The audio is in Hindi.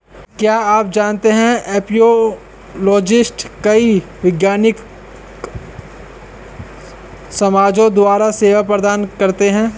क्या आप जानते है एपियोलॉजिस्ट कई वैज्ञानिक समाजों द्वारा सेवा प्रदान करते हैं?